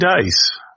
dice